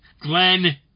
Glenn